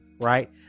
right